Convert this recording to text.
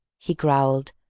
he growled,